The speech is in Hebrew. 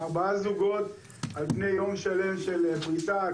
ארבעה זוגות על פני יום שלם של פריסה,